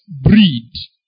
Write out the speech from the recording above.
breed